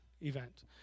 event